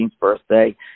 birthday